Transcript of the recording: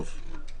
טוב.